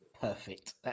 Perfect